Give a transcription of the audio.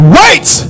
wait